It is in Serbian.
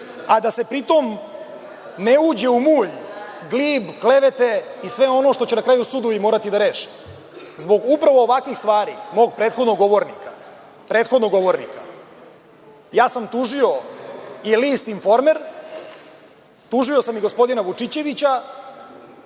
a da se pri tom ne uđe u mulj, glib, klevete i sve ono što će na kraju sudovi morati da reše, upravo zbog ovakvih stvari, mog prethodnog govornika. Ja sam tužio i list „Informer“, tužio sam i gospodina Vučićevića,